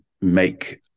make